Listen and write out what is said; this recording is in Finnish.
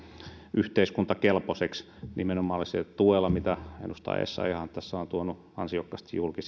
yhteiskuntakelpoisiksi nimenomaan sillä tuella mitä edustaja essayah tässä on tuonut ansiokkaasti julki